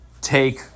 take –